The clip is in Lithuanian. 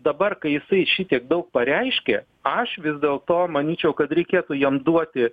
dabar kai jisai šitiek daug pareiškė aš vis dėlto manyčiau kad reikėtų jam duoti